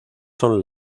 son